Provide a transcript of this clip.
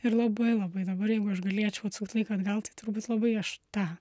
ir labai labai dabar jeigu aš galėčiau atsukti laiką atgal tai turbūt labai aš tą